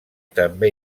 també